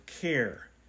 Care